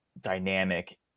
dynamic